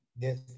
Yes